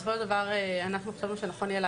בסופו של דבר אנחנו חשבנו שנכון יהיה